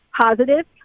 positive